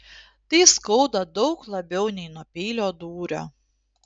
tai skauda daug labiau nei nuo peilio dūrio